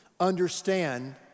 understand